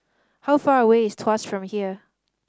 how far away is Tuas from here